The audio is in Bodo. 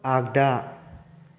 आगदा